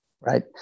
right